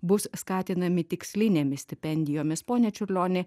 bus skatinami tikslinėmis stipendijomis ponia čiurlionė